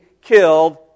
killed